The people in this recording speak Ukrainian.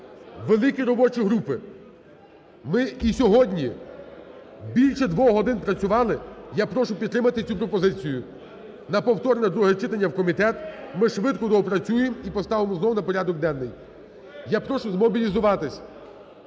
Великі робочі групи. Ми і сьогодні більше двох годин працювали, я прошу підтримати цю пропозицію на повторне друге читання в комітет, ми швидко доопрацюємо і поставимо знову на порядок денний. Я прошу змобілізуватись.